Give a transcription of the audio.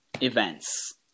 events